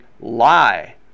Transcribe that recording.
lie